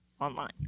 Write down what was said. online